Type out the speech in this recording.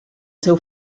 seu